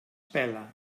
pela